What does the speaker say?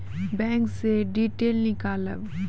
Bank से detail नीकालव?